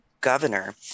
governor